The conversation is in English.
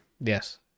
Yes